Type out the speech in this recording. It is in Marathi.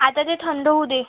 आता ते थंड होऊ दे